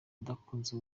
adakunze